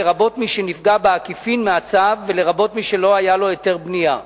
לרבות מי שנפגע בעקיפין מהצו ולרבות מי שלא היה לו היתר בנייה.